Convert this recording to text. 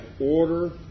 order